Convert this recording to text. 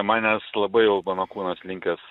manęs labai jau mano kūnas linkęs